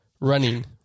running